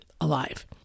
alive